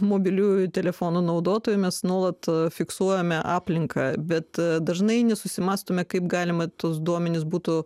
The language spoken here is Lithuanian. mobiliųjų telefonų naudotojai mes nuolat a fiksuojame aplinką bet a dažnai nesusimąstome kaip galima tuos duomenis būtų